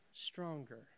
Stronger